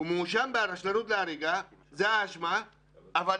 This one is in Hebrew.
הוא מואשם בהריגה ברשלנות, זאת האשמה, אבל